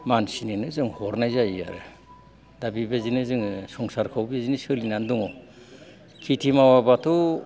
मानसिनोनो जों हरनाय जायो आरो दा बेबादिनो जोङो संसारखौ जोङो बिदिनो सोलिनानै दङ खेथि मावाबाथ'